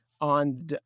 on